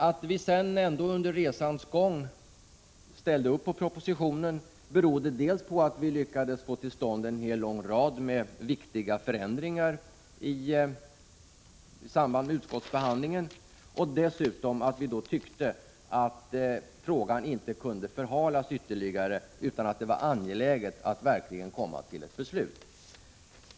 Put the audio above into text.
Att vi sedan ändå under resans gång ställde oss bakom propositionen berodde dels på att vi i samband med utskottsbehandlingen lyckades få till stånd en lång rad viktiga förändringar, dels på att vi då tyckte att frågan inte kunde förhalas ytterligare. Det var angeläget att vi verkligen kom till ett beslut.